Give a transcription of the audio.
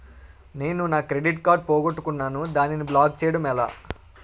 నేను నా credit card పోగొట్టుకున్నాను దానిని బ్లాక్ చేయడం ఎలా?